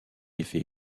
effet